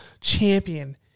champion